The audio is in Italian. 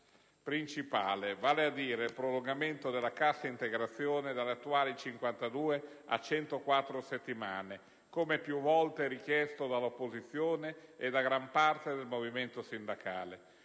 principale, vale a dire il prolungamento della cassa integrazione dalle attuali 52 a 104 settimane, come più volte richiesto dall'opposizione e da grande parte del movimento sindacale.